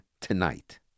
tonight